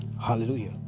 Hallelujah